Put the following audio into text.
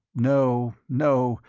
no, no!